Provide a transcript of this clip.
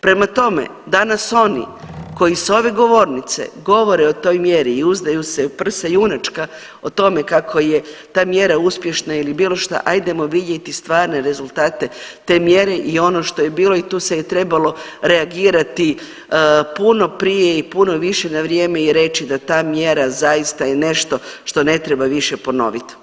Prema tome, danas oni koji sa ove govornice govore o toj mjeri i uzdaju se u prsa junačka o tome kako je ta mjera uspješna ili bilo šta, hajdemo vidjeti stvarne rezultate te mjere i ono što je bilo i tu se je trebalo reagirati puno prije i puno više, na vrijeme i reći da ta mjera je zaista nešto što ne treba više ponoviti.